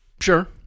Sure